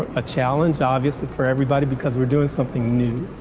a challenge, obviously, for everybody because we're doing something new.